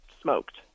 smoked